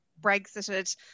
Brexited